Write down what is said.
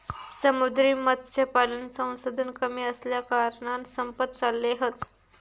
समुद्री मत्स्यपालन संसाधन कमी असल्याकारणान संपत चालले हत